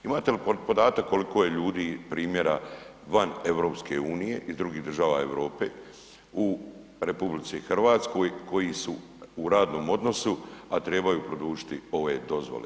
Imate li podatak koliko je ljudi primjera van EU, iz drugih država Europe u RH koji su u radnom odnosu, a trebaju produžiti ove dozvole?